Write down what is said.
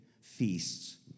feasts